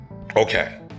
Okay